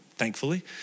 thankfully